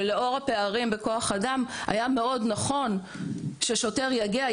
ולאור הפערים בכוח-אדם היה מאוד נכון ששוטר יגיע,